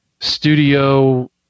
studio